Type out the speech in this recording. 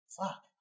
Fuck